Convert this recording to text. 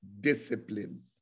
discipline